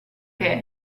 che